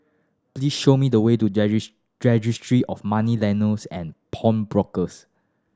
please show me the way to Registry of Moneylenders and Pawnbrokers